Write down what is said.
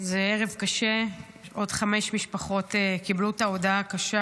זה ערב קשה, שעוד חמש משפחות קיבלו את ההודעה הקשה